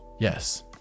Yes